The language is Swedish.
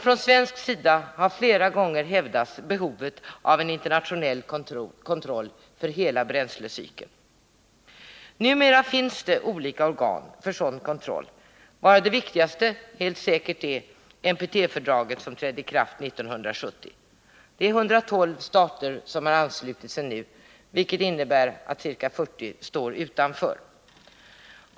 Från svensk sida har flera gånger hävdats behovet av en internationell kontroll för hela bränslecykeln. Numera finns det olika organ för sådan kontroll, varav det viktigaste helt säkert är NPT-fördraget, som trädde i kraft 1970. 112 stater har nu anslutit sig, vilket innebär att ca 40 står utanför.